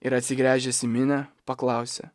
ir atsigręžęs į minią paklausė